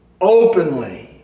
openly